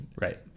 right